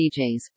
DJs